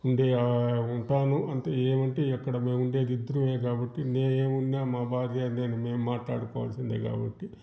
ఉండే ఉంటాను అంటే ఏమంటే ఎక్కడ ఉండేది మేం ఇద్దరమే కాబట్టి నే ఏమున్నా మా భార్య మేము మాట్లాడుకోవాల్సిందే కాబట్టి